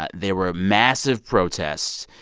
ah there were massive protests.